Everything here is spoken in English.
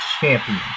champion